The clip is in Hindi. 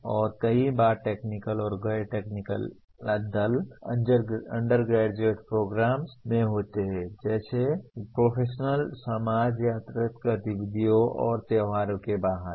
और कई बार अर्ध टेक्निकल और गैर टेक्निकल दल अंडरग्रेजुएट प्रोग्राम्स में होते हैं जैसे प्रोफेशनल समाज या अतिरिक्त गतिविधियों और त्योहारों के बाहर हैं